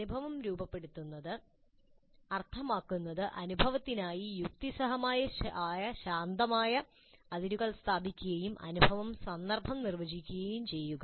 അനുഭവം രൂപപ്പെടുത്തുന്നത് അർത്ഥമാക്കുന്നത് അനുഭവത്തിനായി യുക്തിസഹമായി ശാന്തമായ അതിരുകൾ സ്ഥാപിക്കുകയും അനുഭവത്തിന്റെ സന്ദർഭം നിർവചിക്കുകയും ചെയ്യുക